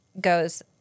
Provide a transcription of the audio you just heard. goes